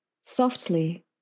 softly